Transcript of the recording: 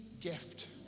gift